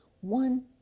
one